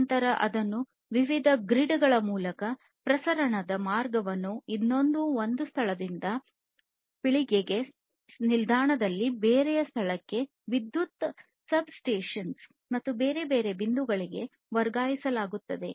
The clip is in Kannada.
ನಂತರ ಅದನ್ನು ವಿವಿಧ ಗ್ರಿಡ್ ಗಳ ಮೂಲಕ ಪ್ರಸರಣ ಮಾರ್ಗಗಳನ್ನು ಇದನ್ನು ಒಂದು ಸ್ಥಳದಿಂದ ಪೀಳಿಗೆಯ ನಿಲ್ದಾಣದಿಂದ ಬೇರೆಡೆ ಈ ನಿಲ್ದಾಣಕ್ಕೆ ವಿದ್ಯುತ್ ಸಬ್ಸ್ಟೇಷನ್ಗಳಿಗೆ ಮತ್ತು ಬೇರೆ ಬೇರೆ ಬಿಂದುಗಳಿಗೆ ವರ್ಗಾಯಿಸಲಾಗುತ್ತದೆ